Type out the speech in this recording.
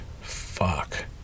fuck